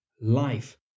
life